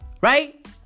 Right